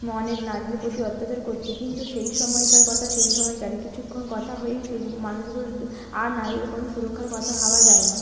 অনেক নারীদের প্রতি অত্যাচার করছে কিন্তু সেই সময়কার কথা সেই সময়কারই কিছুক্ষণ কথা হয়েই সেই মানুষগুলো আর নারীদের কোনো সুরক্ষার কথা ভাবা যায় না